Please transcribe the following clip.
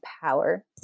power